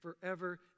forever